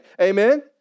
Amen